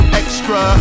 extra